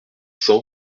zéro